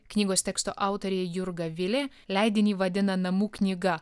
knygos teksto autorė jurga vilė leidinį vadina namų knyga